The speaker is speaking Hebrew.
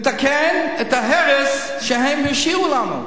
לתקן את ההרס שהם השאירו לנו.